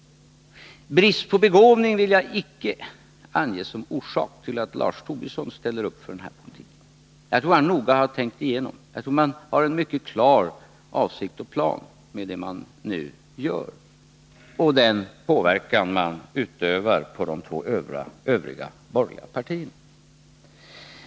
Brist på begåvning vill jag icke ange som orsak till att Lars Tobisson ställer upp för denna politik. Jag tror att han noga har tänkt igenom detta. Jag tror att man har en mycket klar avsikt och plan med det man nu gör och med den påverkan man utövar på de två övriga borgerliga partierna.